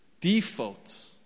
default